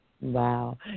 Wow